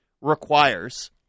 requires